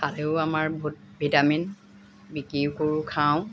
খালেও আমাৰ বহুত ভিটামিন বিক্ৰী কৰো খাওঁ